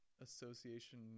Association